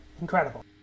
Incredible